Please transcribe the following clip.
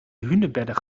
hunebedden